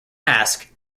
ask